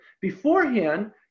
Beforehand